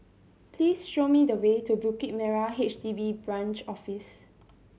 please show me the way to Bukit Merah H D B Branch Office